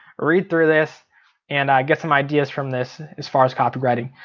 read through this and get some ideas from this, as far as copy writing.